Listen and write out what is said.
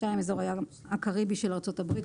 אזור הים הקריבי של ארצות הברית,